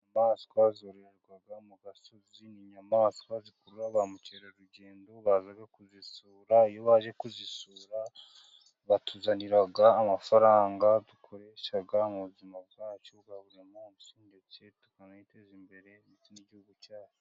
Inyamaswa zororwa mu gasozi, ni inyamaswa zikurura ba mukerarugendo baza kuzisura, iyo baje kuzisura batuzanira amafaranga dukoresha mu buzima bwacu bwa buri munsi ndetse tukaniteza imbere n'igihugu cyacu.